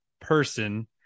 person